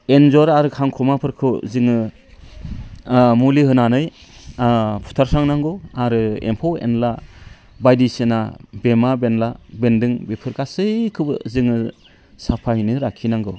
एन्जर आरो खांखमाफोरखौ जोङो मुलि होनानै फुथारस्रांनांगौ आरो एम्फौ एनला बायदिसिना बेमा बेनला बेन्दों बेफोर गासैखौबो जोङो साफायैनो लाखिनांगौ